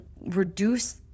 reduce